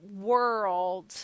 world